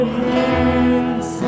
hands